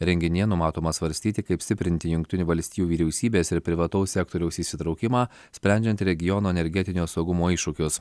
renginyje numatoma svarstyti kaip stiprinti jungtinių valstijų vyriausybės ir privataus sektoriaus įsitraukimą sprendžiant regiono energetinio saugumo iššūkius